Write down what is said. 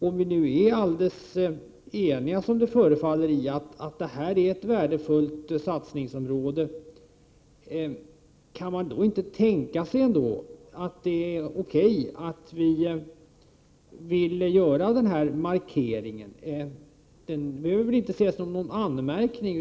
Om vi nu är alldeles eniga, som det förefaller, i att den kooperativa verksamheten är ett värdefullt satsningsområde, kan man då inte tänka sig att det är okej att vi vill göra denna markering? Den behöver väl inte ses som någon anmärkning.